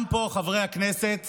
גם פה חברי הכנסת